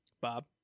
Bob